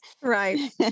Right